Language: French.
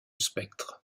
spectre